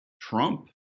Trump